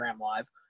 Live